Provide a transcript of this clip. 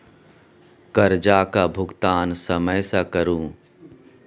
करजाक भूगतान समय सँ करु